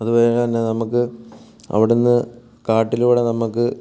അതുപോലെ തന്നെ നമുക്ക് അവിടുന്ന് കാട്ടിലൂടെ നമുക്ക്